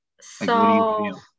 So-